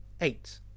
Eight